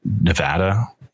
Nevada